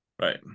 right